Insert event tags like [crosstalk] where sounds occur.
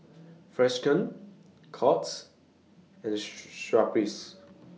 Freshkon Courts and [noise] Schweppes